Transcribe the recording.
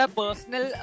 personal